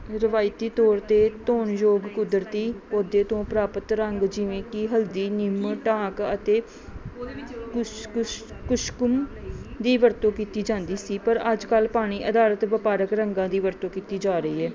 ਰਵਾਇਤੀ ਤੌਰ 'ਤੇ ਧੋਣ ਯੋਗ ਕੁਦਰਤੀ ਪੌਦੇ ਤੋਂ ਪ੍ਰਾਪਤ ਰੰਗ ਜਿਵੇਂ ਕਿ ਹਲਦੀ ਨਿੰਮ ਢਾਕ ਅਤੇ ਕੁਛਕੁਛ ਕੁਛਕੁਮ ਦੀ ਵਰਤੋਂ ਕੀਤੀ ਜਾਂਦੀ ਸੀ ਪਰ ਅੱਜ ਕੱਲ੍ਹ ਪਾਣੀ ਅਧਾਰਤ ਵਪਾਰਕ ਰੰਗਾਂ ਦੀ ਵਰਤੋਂ ਕੀਤੀ ਜਾ ਰਹੀ ਹੈ